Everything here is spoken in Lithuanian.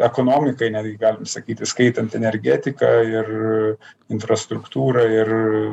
ekonomikai netgi galima sakyti įskaitant energetiką ir infrastruktūrą ir